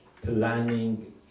planning